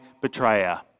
betrayer